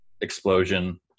explosion